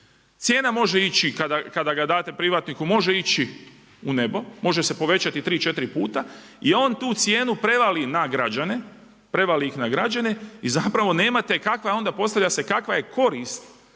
cijena može ići kada ga date privatniku, može ići u nebo. Može se povećati tri, četiri puta i on tu cijenu prevali na građane, prevali ih